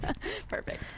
perfect